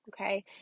okay